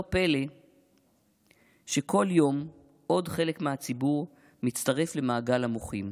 לא פלא שכל יום עוד חלק מהציבור מצטרף למעגל המוחים.